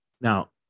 Now